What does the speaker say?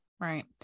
Right